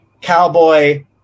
cowboy